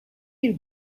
you